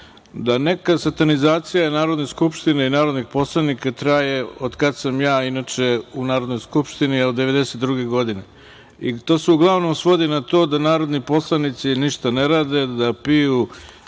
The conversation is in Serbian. da neka satanizacija Narodne skupštine i narodnih poslanika traje od kada sam ja inače u Narodnoj skupštini od 1992. godine i to se uglavnom svodi na to da narodni poslanici ništa ne rade, da piju